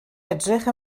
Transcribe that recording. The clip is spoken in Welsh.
edrych